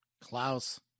Klaus